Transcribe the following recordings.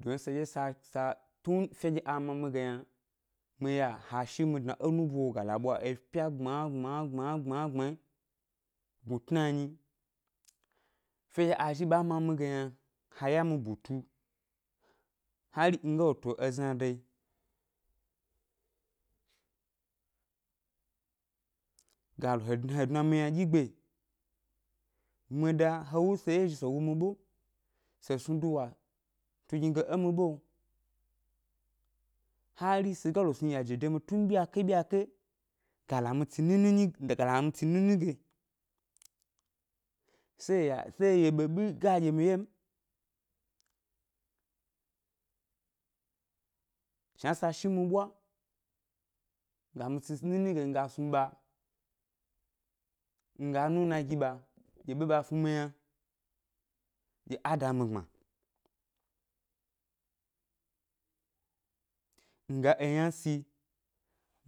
Dun seɗye sa sa tun fenɗye a ma mi ge yna, mi ya ha shi mi dna é nubo lo ga la ɓwa epya gbma gbma gbma gbma gbma gnu tnanyi, fenɗye a zhi ɓa ma mi ge yna, ha ya mi butu hari mi ga lo to ezna da yi, ga lo he dna mi he dna mi ynaɗyi ʻgbe, mi ʻda he wu se yezhi se wu mi ʻɓe, se snu duwa tugni ge é mi ʻɓeo, hari se ga lo sni yaje de mi yi tun byiyake-byiyake ga la mi tsi nini nyi ga la mi tsi nini ge, se ya se ye ɓeɓi ga ɗye mi ʻwye m, shna sa shi mi ʻɓwa ga mi tsi s nini ge mi ga snu ɓa, mi ga nuna gi ɓa ɗye ɓe ɓa snu mi yna ɗye a da mi gbma, nga eyna si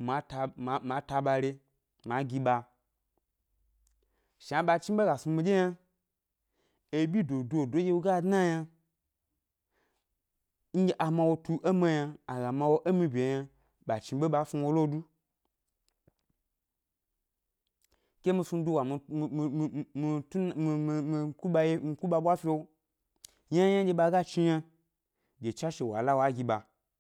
ma ta ma ma ta ɓa re ma gi ɓa, shna ɓa chniɓe ga snu miɗye yna, ebyi dododo dye wo ga dna yna, nɗye a ma wo tu é mio yna a ga ma wo é mi ʻbyeo yna ɓa chniɓe ɓa snu wo lo du, ke mi snu duwa mi mi mi mi mi mi tu mi mi mi ku ɓa ʻye mi ku ɓa ʻɓwa fio ynayna ɓa ga chni yna, gi tswashe wa la wa gi ɓa